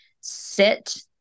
sit